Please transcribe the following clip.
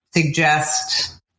suggest